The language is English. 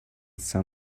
some